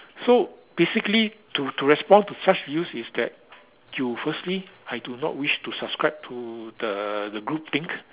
so basically to to respond to such use is that you firstly I do not wish to subscribe to the the group think